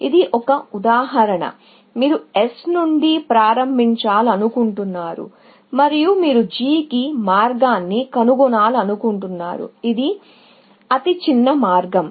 ఇది ఒక ఉదాహరణ మీరు S నుండి ప్రారంభించాలను కుంటున్నారు మరియు మీరు G కి మార్గాన్ని కనుగొనాలనుకుంటున్నారు ఇది అతిచిన్న మార్గం